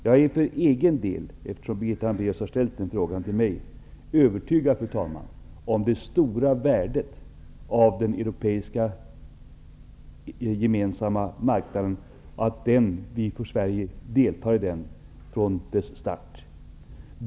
Jag är för egen del - eftersom Birgitta Hambraeus har ställt den frågan till mig - övertygad om det stora värdet av den gemensamma europeiska marknaden och av att Sverige får delta i den från dess start.